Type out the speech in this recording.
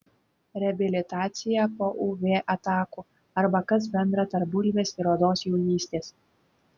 reabilitacija po uv atakų arba kas bendra tarp bulvės ir odos jaunystės